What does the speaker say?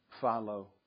follow